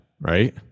Right